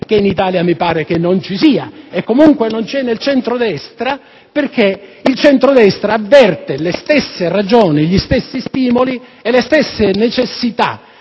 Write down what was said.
che in Italia mi sembra non vi sia e che, comunque, non c'è nel centro-destra, perché quest'ultimo avverte le stesse ragioni, gli stessi stimoli e le stesse necessità